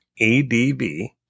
ADB